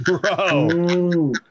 Bro